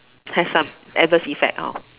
say some adverse effects out